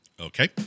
Okay